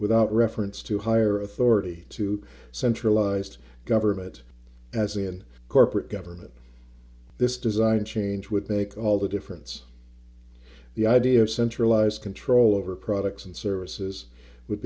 without reference to higher authority to centralized government as in corporate government this design change would make all the difference the idea of centralized control over products and services would